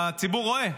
הציבור רואה.